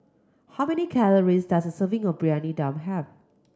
how many calories does a serving of Briyani Dum have